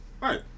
Right